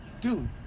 Dude